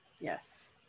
Yes